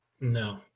No